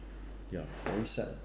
ya very sad